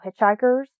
hitchhikers